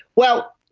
well,